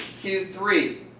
q three?